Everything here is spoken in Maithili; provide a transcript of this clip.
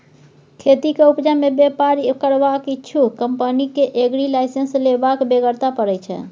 खेतीक उपजा मे बेपार करबाक इच्छुक कंपनी केँ एग्री लाइसेंस लेबाक बेगरता परय छै